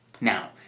now